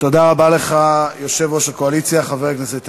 תודה רבה לך, יושב-ראש הקואליציה חבר הכנסת הנגבי.